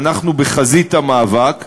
אנחנו בחזית המאבק,